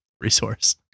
resource